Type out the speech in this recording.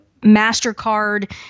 MasterCard